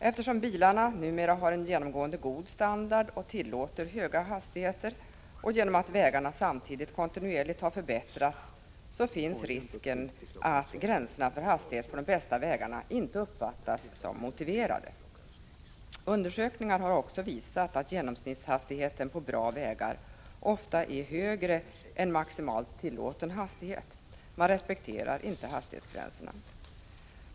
Eftersom bilarna numera har en genomgående god standard och tillåter höga hastigheter, och genom att vägarna samtidigt kontinuerligt har förbättrats, finns risken att gränserna för hastighet på de bästa vägarna inte uppfattas som motiverade. Undersökningar har också visat att genomsnittshastigheten på bra vägar ofta är högre än maximalt tillåten hastighet. Man respekterar inte hastighetsgränserna.